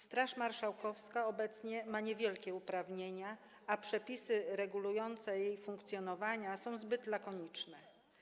Straż Marszałkowska obecnie ma niewielkie uprawnienia, a przepisy regulujące jej funkcjonowanie są zbyt lakoniczne.